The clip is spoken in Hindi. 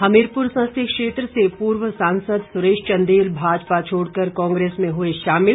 हमीरपुर संसदीय क्षेत्र से पूर्व सांसद सुरेश चंदेल भाजपा छोड़कर कांग्रेस में हुए शामिल